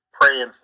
praying